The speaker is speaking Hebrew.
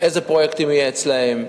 איזה פרויקטים יהיו אצלם,